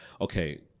Okay